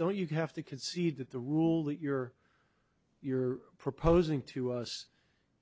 don't you have to concede that the rule that you're you're proposing to us